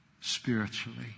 spiritually